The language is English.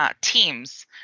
teams